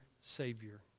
Savior